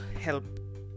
help